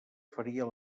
faria